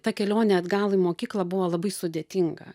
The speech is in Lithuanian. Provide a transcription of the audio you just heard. ta kelionė atgal į mokyklą buvo labai sudėtinga